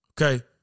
Okay